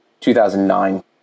2009